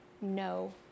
no